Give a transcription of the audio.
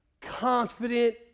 confident